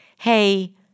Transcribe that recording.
hey